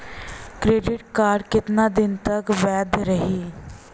Credit card कितना दिन तक वैध रही?